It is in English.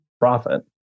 profit